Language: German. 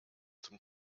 zum